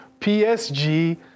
PSG